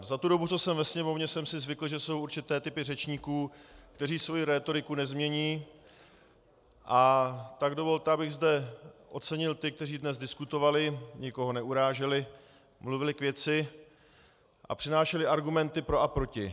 Za tu dobu, co jsem ve Sněmovně, jsem si zvykl, že jsou určité typy řečníků, kteří svoji rétoriku nezmění, a tak dovolte, abych zde ocenil ty, kteří dnes diskutovali, nikoho neuráželi, mluvili k věci a přinášeli argumenty pro a proti.